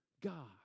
God